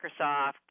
Microsoft